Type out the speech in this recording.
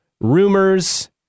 rumors